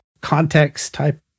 context-type